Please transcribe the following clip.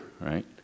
right